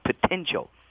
potential